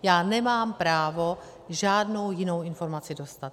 Já nemám právo žádnou jinou informaci dostat.